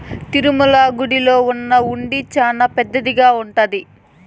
తిరుమల గుడిలో ఉన్న హుండీ చానా పెద్దదిగా ఉంటాది